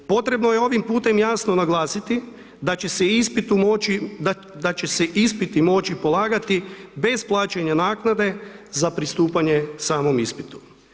Potrebno je ovim putem jasno naglasiti da će se ispitu moći, da će se ispiti moći polagati bez plaćanja naknade za pristupanje samom ispitu.